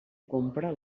compra